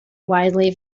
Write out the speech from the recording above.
widely